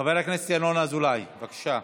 חבר הכנסת ינון אזולאי, בבקשה.